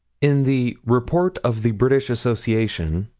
in the report of the british association,